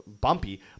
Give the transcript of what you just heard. bumpy